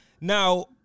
Now